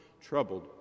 troubled